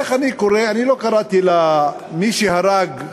אני לא קראתי למי שהרג,